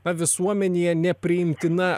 na visuomenėje nepriimtina